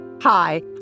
Hi